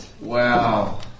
Wow